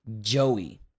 Joey